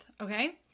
Okay